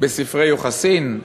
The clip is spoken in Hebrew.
בספרי יוחסין?